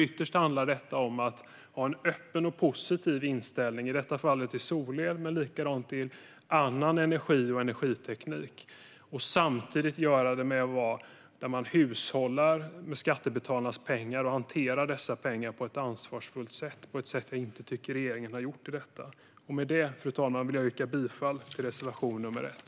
Ytterst handlar nämligen detta om att ha en öppen och positiv inställning, i detta fall till solel men även till annan energi och energiteknik, och samtidigt hushålla med skattebetalarnas pengar på ett ansvarsfullt sätt. Det tycker jag inte att regeringen har gjort. Med det, fru talman, yrkar jag bifall till reservation nr 1.